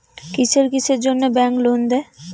কিসের কিসের জন্যে ব্যাংক লোন দেয়?